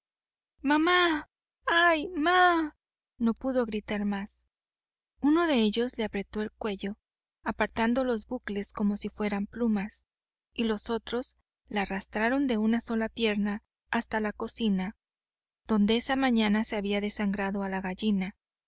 mamá ay ma no pudo gritar más uno de ellos le apretó el cuello apartando los bucles como si fueran plumas y los otros la arrastraron de una sola pierna hasta la cocina donde esa mañana se había desangrado a la gallina